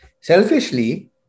selfishly